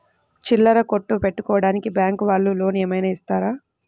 చిల్లర కొట్టు పెట్టుకోడానికి బ్యాంకు వాళ్ళు లోన్ ఏమైనా ఇస్తారా?